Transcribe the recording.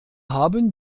haben